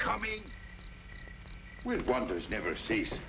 coming with wonders never cease